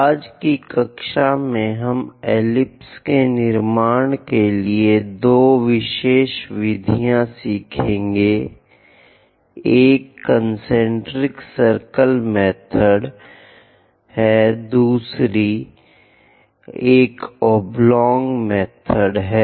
आज की कक्षा में हम एलिप्स के निर्माण के लिए दो विशेष विधियाँ सीखेंगे एक कन्सेन्ट्रिक सर्किल मेथड है और दूसरी एक ओब्लॉंग मेथड है